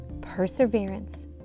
perseverance